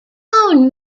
bone